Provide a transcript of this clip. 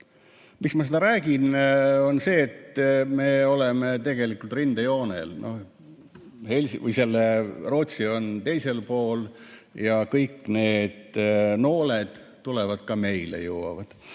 Miks ma seda räägin? Me oleme tegelikult rindejoonel. Rootsi on teisel pool ja kõik need nooled jõuvad ka meile.